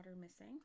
missing